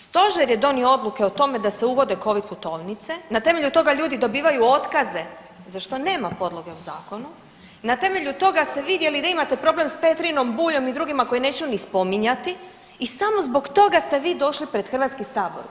Stožer je donio odluke o tome da se uvode Covid putovnice, na temelju toga ljudi dobivaju otkaze za što nema podloge u zakonu i na temelju toga ste vidjeli da imate problem sa Petrinom, Buljem koje neću ni spominjati i samo zbog toga ste vi došli pred Hrvatski sabor.